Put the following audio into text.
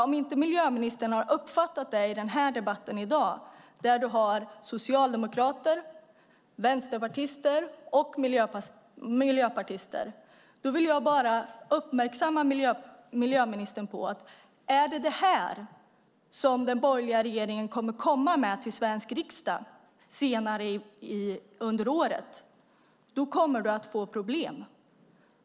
Om inte miljöministern har uppfattat det i debatten här i dag med socialdemokrater, vänsterpartister och miljöpartister vill jag bara uppmärksamma miljöministern på hur det är. Är det detta som den borgerliga regeringen har att komma med till svenska riksdagen senare under året kommer du att få problem.